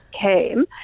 came